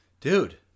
Dude